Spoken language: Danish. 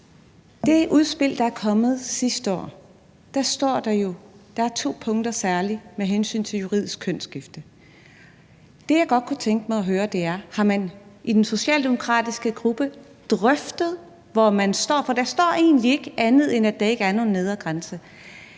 det udspil, der kom sidste år, er der særlig to punkter vedrørende juridisk kønsskifte. Det, jeg godt kunne tænke mig at høre, er: Har man i den socialdemokratiske gruppe drøftet, hvor man står? For der står egentlig ikke andet, end at der ikke er nogen nedre grænse.